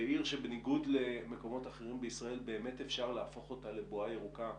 ועיר שבניגוד למקומות אחרים בישראל באמת אפשר להפוך אותה לבועה ירוקה,